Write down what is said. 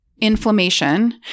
inflammation